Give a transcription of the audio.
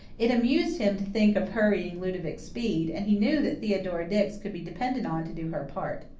it amused him to think of hurrying ludovic speed, and he knew that theodora dix could be depended on to do her part.